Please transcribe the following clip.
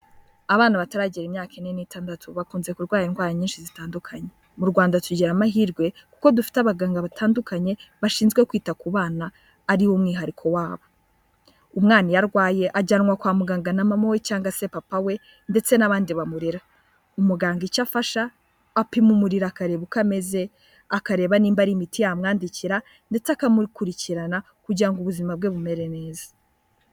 Abana bataragera imyaka ine n'itandatu bakunze kurwara indwara nyinshi zitandukanye. Mu Rwanda tugira amahirwe kuko dufite abaganga batandukanye bashinzwe kwita ku bana ariwo mwihariko wabo. Umwana iyo arwaye ajyanwa kwa muganga na mama we cyangwa se papa we ndetse n'abandi bamurera. Umuganga icyo afasha apima umura akareba uko ameze, akareba nimba ari imiti yamwandikira ndetse akamukurikirana kugira ngo ubuzima bwe bumere neza.